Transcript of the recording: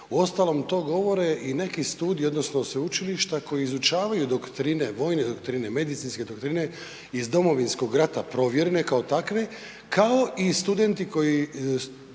Uostalom to govore i neki studiji odnosno sveučilišta koja izučavaju doktrine, vojne doktrine, medicinske doktrine iz Domovinskog rata provjerene kao takve, kao i studenti koji